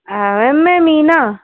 ma'am मैं मीना